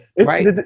Right